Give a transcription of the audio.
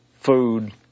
food